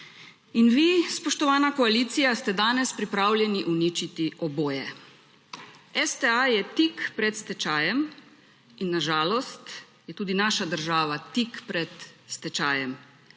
In vi, spoštovana koalicija, ste danes pripravljeni uničiti oboje. STA je tik pred stečajem in na žalost je tudi naša država tik pred stečajem